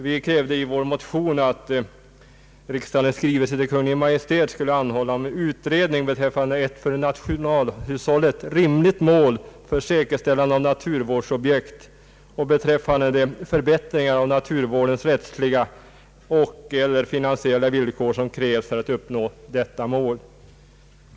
Vi kräver i vår motion att riksdagen i skrivelse till Kungl. Maj:t skall anhålla om utredning beträffande ett för nationalhushållet rimligt mål för säkerställande av naturvårdsobjekt och beträffande de förbättringar av naturvårdens rättsliga och/eller finansiella villkor, som krävs för att uppnå detta mål.